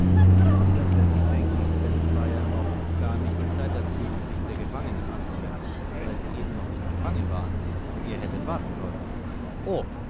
das läßt sich denken denn es war ja noch gar nicht die zeit dazu sich der gefangenen anzunehmen weil sie eben noch nicht gefangen waren ihr hättet warten sollen o